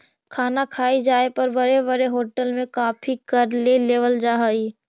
खाना खाए जाए पर बड़े बड़े होटल में काफी कर ले लेवल जा हइ